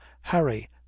Harry